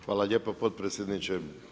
Hvala lijepo potpredsjedniče.